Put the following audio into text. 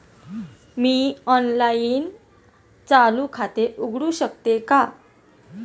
मी online चालू खाते उघडू शकते का?